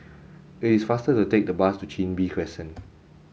it is faster to take the bus to Chin Bee Crescent